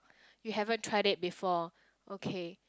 you haven't tried it before okay